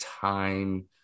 time